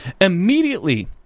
Immediately